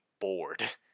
bored